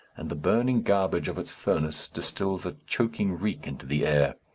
and the burning garbage of its furnace distils a choking reek into the air.